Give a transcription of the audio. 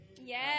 Yes